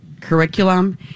curriculum